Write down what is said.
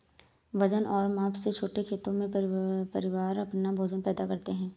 वजन और माप से छोटे खेतों में, परिवार अपना भोजन पैदा करते है